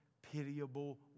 pitiable